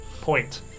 Point